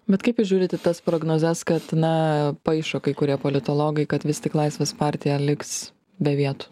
bet kaip jūs žiūrit į tas prognozes kad na paišo kai kurie politologai kad vis tik laisvės partija liks be vietų